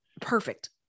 perfect